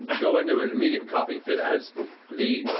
go into an immediate coughing fit as the